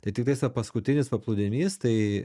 tai tiktais va paskutinis paplūdimys tai